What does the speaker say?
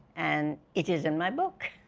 and it is in my book